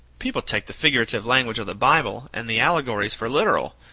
people take the figurative language of the bible and the allegories for literal,